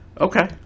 Okay